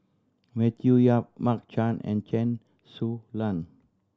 Matthew Yap Mark Chan and Chen Su Lan